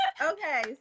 okay